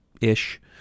ish